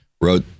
wrote